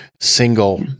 single